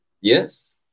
yes